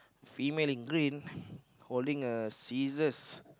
female in green holding a scissors